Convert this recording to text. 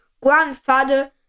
Grandfather